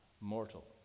mortal